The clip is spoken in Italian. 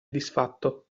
disfatto